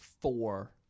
four